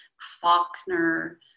Faulkner